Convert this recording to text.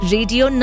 Radio